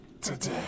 today